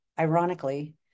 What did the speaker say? ironically